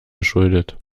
geschuldet